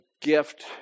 gift